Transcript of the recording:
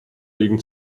liegen